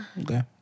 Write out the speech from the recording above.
Okay